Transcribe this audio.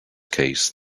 case